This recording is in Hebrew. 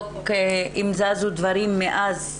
לבדוק אם זזו דברים מאז,